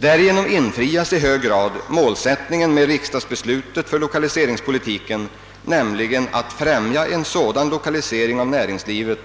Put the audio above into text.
Därigenom infrias i hög grad målsättningen med riksdagens beslut beträffande lokaliseringspolitiken, nämligen att den skall främja en sådan lokalisering av näringslivet